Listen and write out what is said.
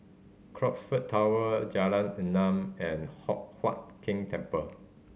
Crocksford Tower Jalan Enam and Hock Huat Keng Temple